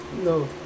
No